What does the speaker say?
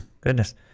Goodness